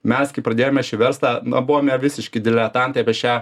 mes kai pradėjome šį verslą na buvome visiški diletantai apie šią